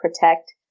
protect